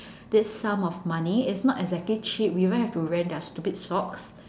this sum of money it's not exactly cheap we even have to rent their stupid socks